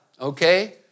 okay